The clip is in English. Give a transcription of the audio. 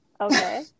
Okay